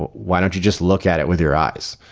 why don't you just look at it with your eyes?